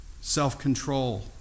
Self-control